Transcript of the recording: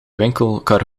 winkelkar